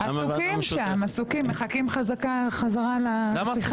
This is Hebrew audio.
עסוקים שם, עסוקים, מחכים חזרה להפיכה.